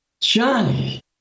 Johnny